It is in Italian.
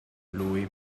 lui